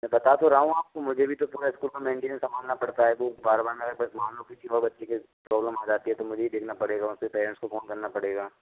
मैं बात तो रहा हूँ आपको मुझे भी थोड़ा स्कूल को मेंटेनेंस संभालना पड़ता है वो बार बार मान लो को किसी और बच्चे के प्रॉब्लम आ जाती है तो मुझे ही देखना पड़ेगा उसके पेरेंट्स को फोन करना पड़ेगा